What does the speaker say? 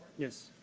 yes?